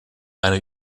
eine